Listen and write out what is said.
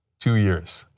two years,